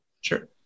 Sure